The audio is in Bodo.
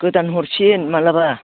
गोदान हरफिन माब्लाबा